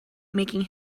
making